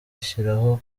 ashyiraho